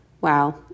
wow